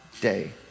day